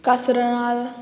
कसर नाल